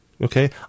Okay